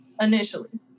initially